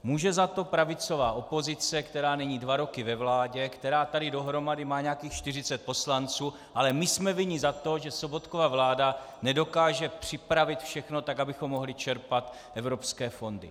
Může za to pravicová opozice, která není dva roky ve vládě, která tady dohromady má nějakých 40 poslanců, ale my jsme vinni za to, že Sobotkova vláda nedokáže připravit všechno tak, abychom mohli čerpat evropské fondy.